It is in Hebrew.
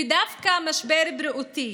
ודווקא משבר בריאותי,